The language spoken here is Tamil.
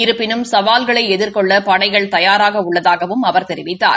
இருப்பினும் சவால்களை எதிர்கொள்ள படைகள் தயாராக உள்ளதாகவும் அவர் தெரிவித்தார்